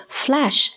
flash